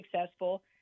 successful